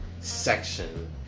section